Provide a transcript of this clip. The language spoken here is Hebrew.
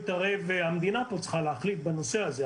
המדינה צריכה להחליט בנושא הזה.